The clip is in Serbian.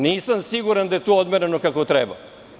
Nisam siguran da je to odmereno kako treba.